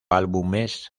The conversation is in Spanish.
álbumes